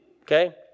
Okay